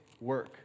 work